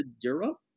Europe